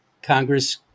Congress